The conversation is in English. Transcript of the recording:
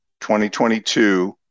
2022